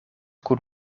kun